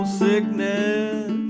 sickness